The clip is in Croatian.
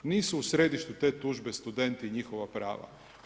Nisu u središtu te tužbe studenti i njihova prava.